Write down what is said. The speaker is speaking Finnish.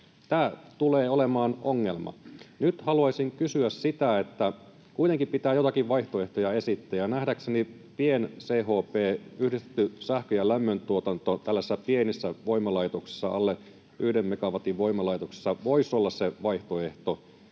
tämä tulee olemaan ongelma. Nyt haluaisin kysyä: Kun kuitenkin pitää joitakin vaihtoehtoja esittää ja nähdäkseni pien-CHP, yhdistetty sähkön- ja lämmöntuotanto tällaisessa pienessä voimalaitoksessa, alle yhden megawatin voimalaitoksessa, voisi olla se vaihtoehto